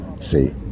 see